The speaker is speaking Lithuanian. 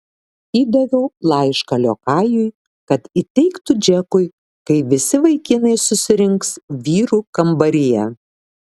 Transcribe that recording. įdaviau laišką liokajui kad įteiktų džekui kai visi vaikinai susirinks vyrų kambaryje